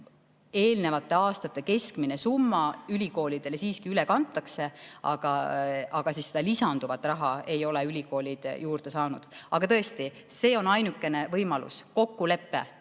eelnevate aastate keskmine summa ülikoolidele siiski üle kantakse, aga seda lisanduvat raha ei ole ülikoolid juurde saanud. Tõesti, see on ainukene võimalus, kokkulepe